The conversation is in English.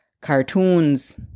cartoons